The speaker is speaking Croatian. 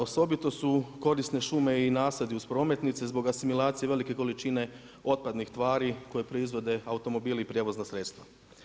Osobito su korisne šume i nasadi uz prometnice zbog asimilacije velike količine otpadnih tvari koje proizvode automobili i prijevozna sredstva.